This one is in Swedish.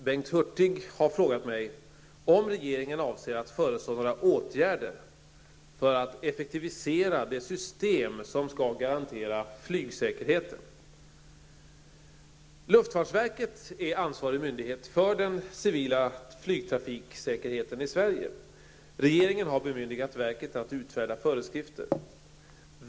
Luftfartsverket är ansvarig myndighet för den civila flygtrafiksäkerheten i Sverige. Regeringen har bemyndigat verket att utfärda föreskrifter.